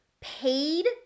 paid